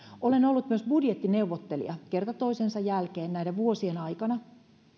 olen ollut myös budjettineuvottelija kerta toisensa jälkeen näiden vuosien aikana